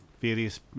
various